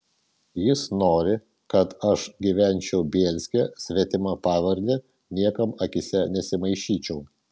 jis nori kad aš gyvenčiau bielske svetima pavarde niekam akyse nesimaišyčiau